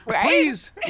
Please